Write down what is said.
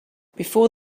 before